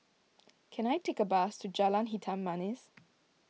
can I take a bus to Jalan Hitam Manis